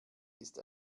ist